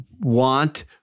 want